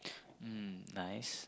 mm nice